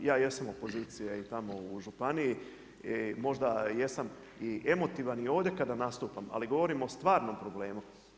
Ja jesam opozicija i tamo u županiji i možda jesam i emotivan i ovdje kada nastupam, ali govorim o stvarnom problemu.